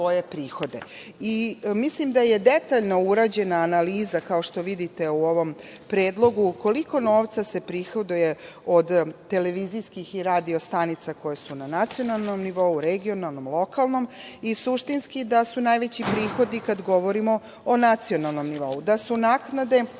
prihode. Mislim da je detaljno urađena analiza, kao što vidite, u ovom predlogu, koliko novca se prihoduje od televizijskih i radio stanica koje su na nacionalnom nivou, regionalnom, lokalnom, i suštinski da su najveći prihodi kad govorimo o nacionalnom nivou, da su naknade koje